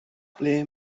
ble